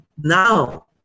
Now